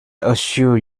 assure